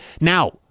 Now